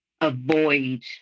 avoid